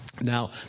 Now